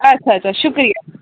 अच्छा अच्छा शुक्रिया